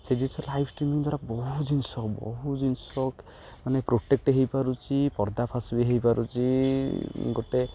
ସେ ଜିନିଷ live streaming ଦ୍ୱାରା ବହୁତ ଜିନିଷ ବହୁତ ଜିନିଷ ମାନେ ପ୍ରୋଟେକ୍ଟ ହେଇପାରୁଛି ପର୍ଦାଫାସ୍ ବି ହେଇପାରୁଛି ଗୋଟେ